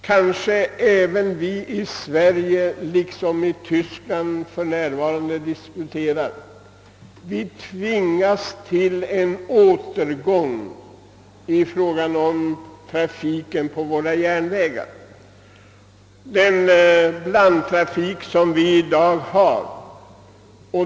Kanske det hos oss, liksom för närvarande är fallet i Tyskland, framtvingas en återgång till järnvägarna.